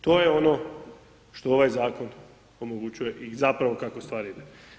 To je ono što ovaj zakon omogućuje i zapravo kako stvari idu.